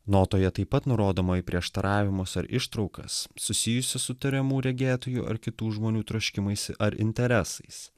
notoje taip pat nurodoma į prieštaravimus ar ištraukas susijusius su tariamų regėtojų ar kitų žmonių troškimais ar interesais